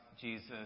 Jesus